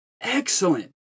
excellent